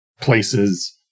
places